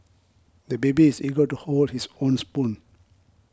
the baby is eager to hold his own spoon